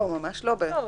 לא בהכרח.